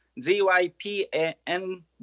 Z-Y-P-A-N